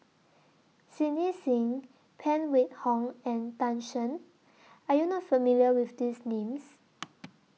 Cindy SIM Phan Wait Hong and Tan Shen Are YOU not familiar with These Names